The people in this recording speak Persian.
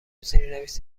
زیرنویس